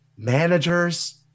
Managers